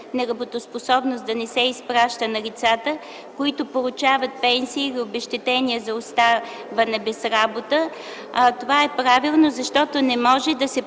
неработоспособност да не се изплаща на лицата, които получават пенсия за обезщетение за оставане без работа, това е правилно, защото не може да се